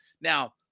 now